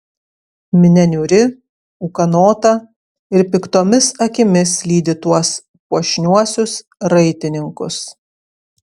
minia niūri ūkanota ir piktomis akimis lydi tuos puošniuosius raitininkus